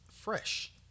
fresh